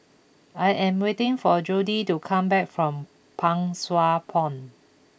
I am waiting for a Jody to come back from Pang Sua Pond